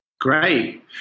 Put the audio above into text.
Great